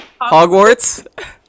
Hogwarts